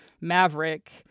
Maverick